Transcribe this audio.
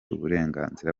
uburenganzira